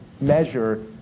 measure